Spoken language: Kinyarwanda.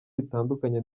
bitandukanye